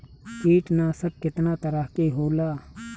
कीटनाशक केतना तरह के होला?